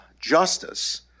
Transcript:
justice